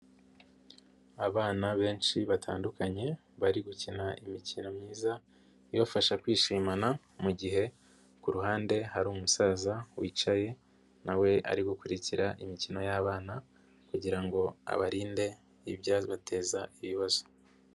Abana benshi batandukanye, bari gukina imikino myiza ibafasha kwishimana, mu gihe ku ruhande hari umusaza wicaye, na we ari gukurikira imikino y'abana kugira ngo abarinde ibyabateza ibibazo.